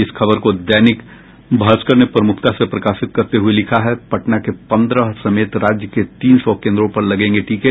इस खबर को दैनिक भास्कर ने प्रमुखता से प्रकाशित करते हये लिखा है पटना के पंद्रह समेत राज्य के तीन सौ केन्द्रों पर लगेंगे टीके